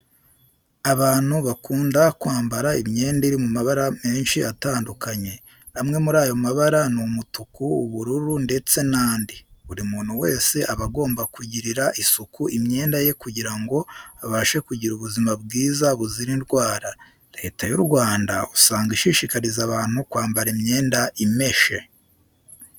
Abantu bakunda kwambara imyenda iri mu mabara menshi atandukanye. Amwe muri ayo mabara ni umutuku, ubururu ndetse n'andi. Buri muntu wese aba agomba kugirira isuku imyenda ye kugira ngo abashe kugira ubuzima bwiza buzira indwara. Leta y'u Rwanga usanga ishishikariza abantu kwambara imyenda imeshe.